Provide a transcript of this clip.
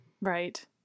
Right